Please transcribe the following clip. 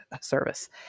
service